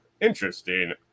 interesting